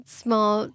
small